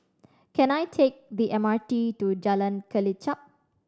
can I take the M R T to Jalan Kelichap